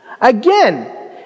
Again